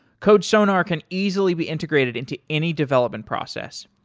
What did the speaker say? codesonar can easily be integrated into any development process.